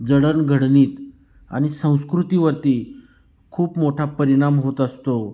जडणघडणीत आणि संस्कृतीवरती खूप मोठा परिणाम होत असतो